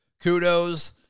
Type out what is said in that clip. kudos